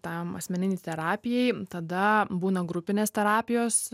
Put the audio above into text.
tam asmeninei terapijai tada būna grupinės terapijos